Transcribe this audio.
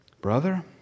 brother